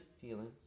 feelings